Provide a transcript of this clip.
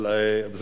אתה משחרר אותי?